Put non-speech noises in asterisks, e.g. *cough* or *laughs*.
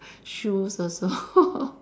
shoes also *laughs*